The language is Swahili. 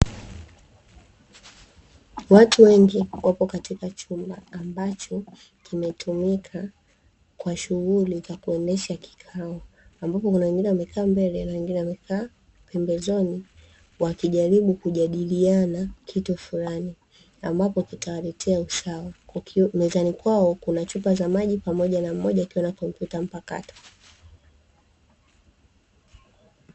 Watu wengi wapo katika chumba ambacho kimetumika kwa shughuli za kuendesha kikao ambapo kuna wengine wamekaa mbele ya wengine wamekaa pembezoni wakijaribu kujadiliana kitu fulani ambapo kitawaletea usawa mezani kwao una chupa za maji pamoja na moja ikiwa na kompyuta mpakato.